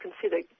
consider